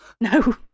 No